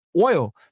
oil